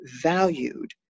valued